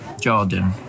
Jordan